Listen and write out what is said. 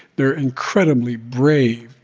there are incredibly brave,